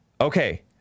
Okay